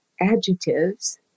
Adjectives